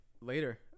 later